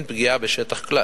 אין פגיעה בשטח כלל,